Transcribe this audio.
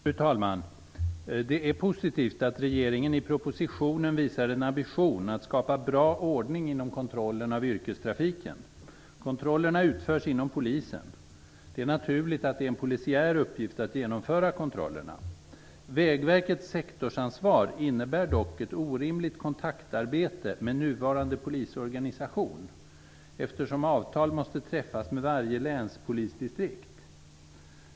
Fru talman! Det är positivt att regeringen i propositionen visar en ambition att skapa bra ordning inom kontrollen av yrkestrafiken. Kontrollerna utförs inom polisen. Det är naturligt att det är en polisiär uppgift att genomföra kontrollerna. Vägverkets sektorsansvar innebär dock ett orimligt kontaktarbete med nuvarande polisorganisation eftersom avtal måste träffas med varje länspolisdistrikt.